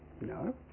no